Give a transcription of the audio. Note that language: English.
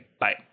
Bye